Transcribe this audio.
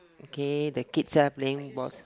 okay the kids are playing balls